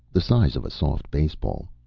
the size of a soft baseball.